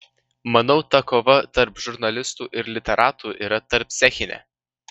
manau ta kova tarp žurnalistų ir literatų yra tarpcechinė